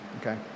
okay